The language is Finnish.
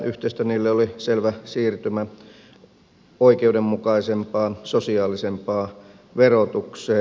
yhteistä niille oli selvä siirtymä oikeudenmukaisempaan sosiaalisempaan verotukseen